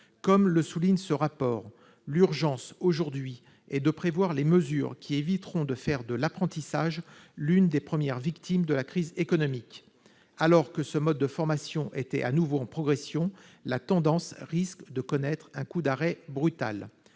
Comme le souligne ce rapport, l'urgence est, aujourd'hui, de prévoir les mesures qui éviteront de faire de l'apprentissage l'une des premières victimes de la crise économique. Alors que ce mode de formation était à nouveau en progression, la tendance risque de connaître un coup d'arrêt brutal.